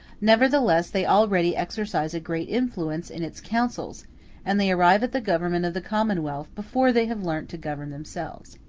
nevertheless, they already exercise a great influence in its councils and they arrive at the government of the commonwealth before they have learnt to govern themselves.